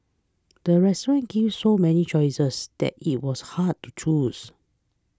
the restaurant gave so many choices that it was hard to choose